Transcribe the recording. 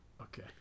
Okay